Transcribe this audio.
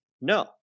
No